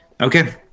okay